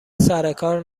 سرکار